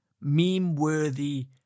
meme-worthy